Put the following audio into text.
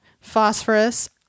phosphorus